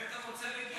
את מי אתה רוצה לדרוס,